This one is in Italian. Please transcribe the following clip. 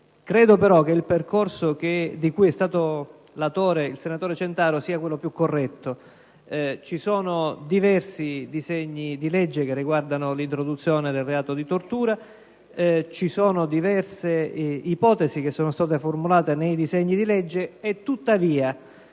Credo però che il percorso che è stato indicato dal senatore Centaro sia quello più corretto. Ci sono diversi disegni di legge che riguardano l'introduzione del reato di tortura, ci sono diverse ipotesi che sono state formulate nei disegni di legge, tuttavia